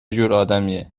جورآدمیه